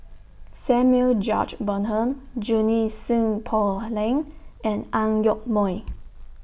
Samuel George Bonham Junie Sng Poh Leng and Ang Yoke Mooi